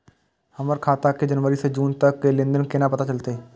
हमर खाता के जनवरी से जून तक के लेन देन केना पता चलते?